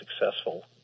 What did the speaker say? successful